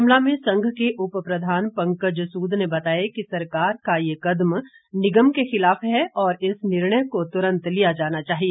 शिमला में संघ के उपप्रधान पंकज सूद ने बताया कि सरकार का ये कदम निगम के खिलाफ है और इस निर्णय को तुरंत लिया जाना चाहिए